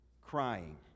crying